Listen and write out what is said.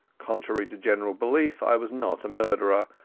contrary to general belief, i was not a murderer,